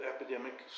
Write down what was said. epidemic